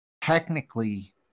technically